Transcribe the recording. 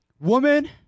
woman